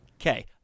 okay